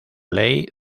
ley